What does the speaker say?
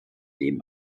dem